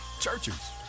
Churches